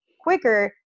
quicker